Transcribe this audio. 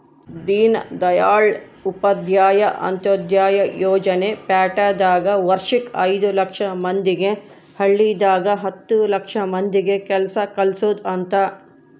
ದೀನ್ದಯಾಳ್ ಉಪಾಧ್ಯಾಯ ಅಂತ್ಯೋದಯ ಯೋಜನೆ ಪ್ಯಾಟಿದಾಗ ವರ್ಷಕ್ ಐದು ಲಕ್ಷ ಮಂದಿಗೆ ಹಳ್ಳಿದಾಗ ಹತ್ತು ಲಕ್ಷ ಮಂದಿಗ ಕೆಲ್ಸ ಕಲ್ಸೊದ್ ಅಂತ